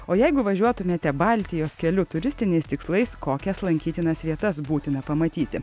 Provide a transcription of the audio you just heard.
o jeigu važiuotumėte baltijos keliu turistiniais tikslais kokias lankytinas vietas būtina pamatyti